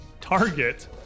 target